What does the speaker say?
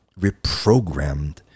reprogrammed